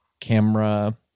camera